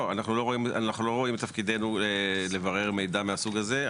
לא, אנחנו לא רואים תפקידנו לברר מידע מהסוג הזה.